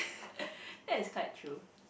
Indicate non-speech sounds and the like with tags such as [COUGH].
[BREATH] that is quite true